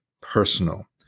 personal